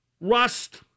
Rust